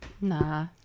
Nah